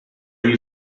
you